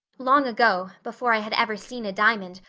long ago, before i had ever seen a diamond,